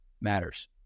matters